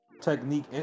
technique